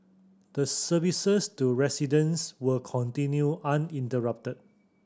the services to residents will continue uninterrupted